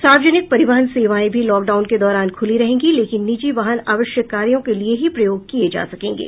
सार्वजनिक परिवहन सेवाएं भी लॉकडाउन के दौरान खुली रहेंगी लेकिन निजी वाहन आवश्यक कार्यो के लिए ही प्रयोग किये जा सकेंगे